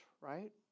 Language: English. right